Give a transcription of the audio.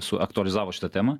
suaktualizavo šitą temą